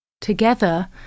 Together